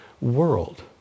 world